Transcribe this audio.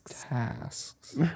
Tasks